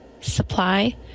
supply